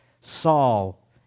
Saul